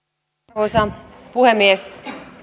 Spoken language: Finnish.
arvoisa puhemies